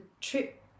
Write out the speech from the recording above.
trip